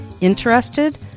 Interested